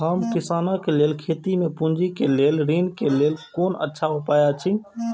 हम किसानके लेल खेती में पुंजी के लेल ऋण के लेल कोन अच्छा उपाय अछि?